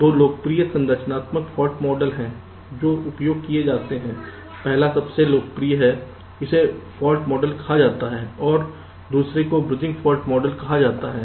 2 लोकप्रिय संरचनात्मक fault model हैं जो उपयोग किए जाते हैं पहला सबसे लोकप्रिय है इसे फॉल्ट मॉडल कहा जाता है और दूसरे को ब्रिजिंग फॉल्ट मॉडल कहा जाता है